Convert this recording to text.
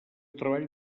treball